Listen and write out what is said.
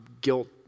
guilt